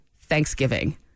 Thanksgiving